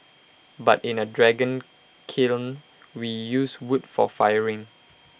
but in A dragon kiln we use wood for firing